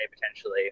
potentially